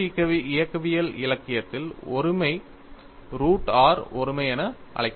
முறிவு இயக்கவியல் இலக்கியத்தில் ஒருமை ரூட் r ஒருமை என அழைக்கப்படுகிறது